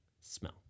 Smell